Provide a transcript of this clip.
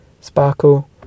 sparkle